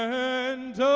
and